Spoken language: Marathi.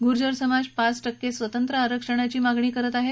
गुर्जर समाज पाच टक्के स्वतंत्र आरक्षणाची मागणी करत आहे